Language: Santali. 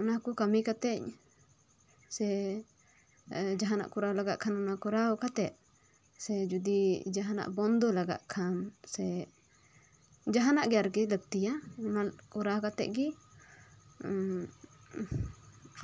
ᱚᱱᱟ ᱠᱚ ᱠᱟᱹᱢᱤ ᱠᱟᱛᱮᱜ ᱥᱮ ᱡᱟᱸᱦᱟᱱᱟᱜ ᱠᱚᱨᱟᱣ ᱞᱟᱜᱟᱜ ᱠᱷᱟᱱ ᱚᱱᱟ ᱠᱚᱨᱟᱣᱶ ᱠᱟᱛᱮᱜ ᱡᱚᱫᱤ ᱡᱟᱸᱦᱟᱱᱟᱜ ᱵᱚᱱᱫᱚ ᱞᱟᱜᱟᱜ ᱠᱷᱟᱱ ᱥᱮ ᱡᱟᱸᱦᱟᱱᱟᱜ ᱜᱮ ᱟᱨ ᱠᱤ ᱞᱟᱹᱠᱛᱤᱭᱟ ᱚᱱᱟ ᱠᱚᱨᱟᱣ ᱠᱟᱛᱮᱜ ᱜᱮ